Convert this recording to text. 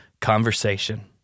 conversation